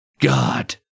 God